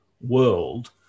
world